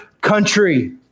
country